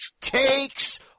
takes